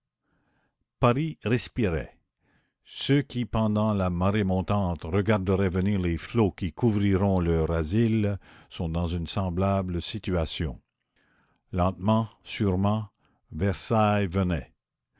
paris respirait ceux qui pendant la marée montante regarderaient venir les flots qui couvriront leur asile sont dans une semblable situation lentement sûrement versailles venait